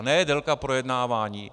Ne délka projednávání.